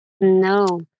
No